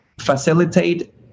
facilitate